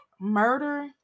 murder